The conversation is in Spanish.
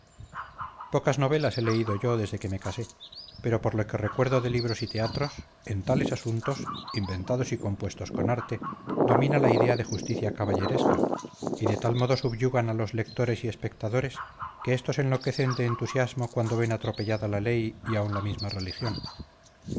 pocas novelas he leído yo desde que me casé pero por lo que recuerdo de libros y teatros en tales asuntos inventados y compuestos con arte domina la idea de justicia caballeresca y de tal modo subyugan a los lectores y espectadores que estos enloquecen de entusiasmo cuando ven atropellada la ley y aun la misma religión